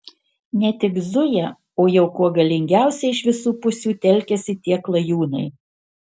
ne tik zuja o jau kuo galingiausiai iš visų pusių telkiasi tie klajūnai